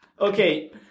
Okay